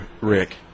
Rick